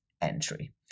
entry